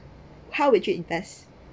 how would you invest